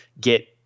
get